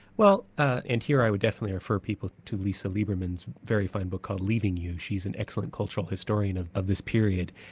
well and here i would definitely refer people to lisa leiberman's very fine book called leaving you, she's an excellent cultural historian of of this period.